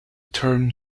term